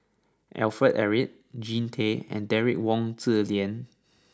Alfred Eric Jean Tay and Derek Wong Zi Lian